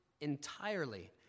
entirely